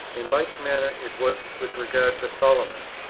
in like manner it was with regard to solomon,